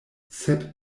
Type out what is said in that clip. sep